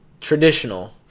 traditional